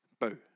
Boo